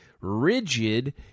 rigid